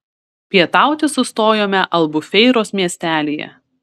pietauti sustojome albufeiros miestelyje